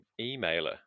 emailer